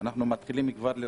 אנחנו מרגישים את